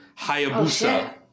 Hayabusa